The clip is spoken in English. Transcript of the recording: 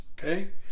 Okay